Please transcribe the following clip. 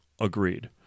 Agreed